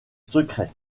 secret